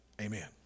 Amen